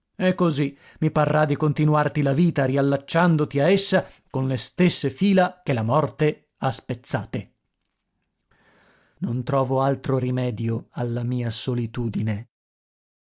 capo e così mi parrà di continuarti la vita riallacciandoti a essa con le stesse fila che la morte ha spezzate non trovo altro rimedio alla mia solitudine